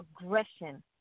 aggression